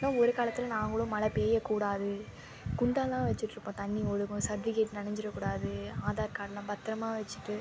இன்னும் ஒரு காலத்தில் நாங்களும் மழை பெய்யக்கூடாது குண்டான்லாம் வைச்சிட்ருப்போம் தண்ணி ஒழுகும் சர்டிஃபிகேட் நனைஞ்சிறக்கூடாது ஆதார்கார்டுலாம் பத்திரமா வெச்சுட்டு